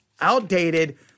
outdated